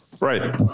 right